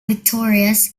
victorious